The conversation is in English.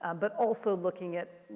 ah but also looking at,